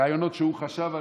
רעיונות שהוא חשב עליהם.